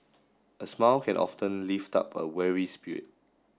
a smile can often lift up a weary spirit